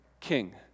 king